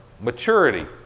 maturity